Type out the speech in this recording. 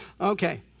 Okay